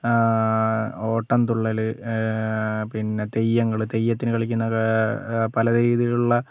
ഓട്ടം തുള്ളല് പിന്നേ തെയ്യങ്ങള് തെയ്യത്തിന് കളിക്കുന്ന പലരീതിയിലുള്ള